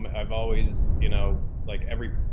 um i've always, you know, like every,